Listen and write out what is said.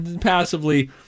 passively